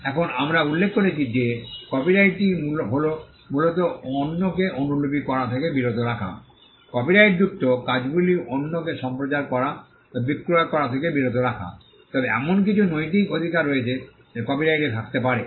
এখন আমরা উল্লেখ করেছি যে কপিরাইটটি হল মূলত অন্যকে অনুলিপি করা থেকে বিরত রাখা কপিরাইটযুক্ত কাজগুলি অন্যকে সম্প্রচার করা বা বিক্রয় করা থেকে বিরত রাখা তবে এমন কিছু নৈতিক অধিকার রয়েছে যা কপিরাইটে থাকতে পারে